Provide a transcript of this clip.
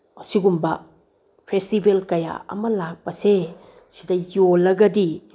ꯑꯁꯤꯒꯨꯝꯕ ꯐꯦꯁꯇꯤꯚꯦꯜ ꯀꯌꯥ ꯑꯃ ꯂꯥꯛꯄꯁꯦ ꯁꯤꯗ ꯌꯣꯜꯂꯒꯗꯤ